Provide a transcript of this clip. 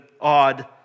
odd